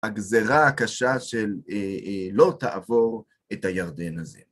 הגזרה הקשה של לא תעבור את הירדן הזה.